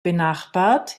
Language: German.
benachbart